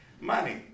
Money